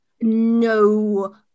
no